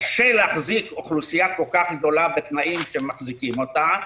קשה להחזיק אוכלוסייה כל כך גדולה בתנאים שמחזיקים אותה,